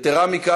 יתרה מזו,